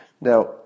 Now